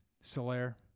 Soler